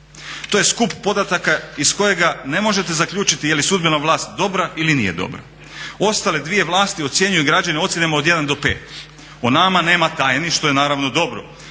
To je skup podataka iz kojega ne možete zaključiti je li sudbena vlast dobra ili nije dobra. Ostale dvije vlasti ocjenjuju građani ocjenama od 1 do 5. O nama nema tajni što je naravno dobro